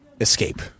escape